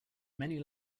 many